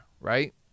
right